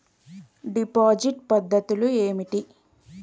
Deposit పద్ధతులు ఏమిటి?